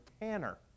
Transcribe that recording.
Tanner